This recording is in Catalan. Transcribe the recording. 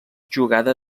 jugada